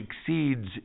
exceeds